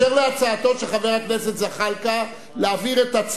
ההצעה לכלול את הנושאים בסדר-היום של הכנסת נתקבלה.